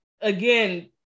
again